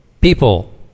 people